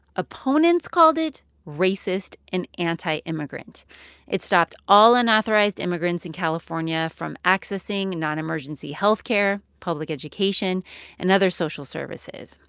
opponents called it racist and anti-immigrant. it stopped all unauthorized immigrants in california from accessing non-emergency health care, public education and other social services.